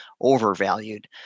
overvalued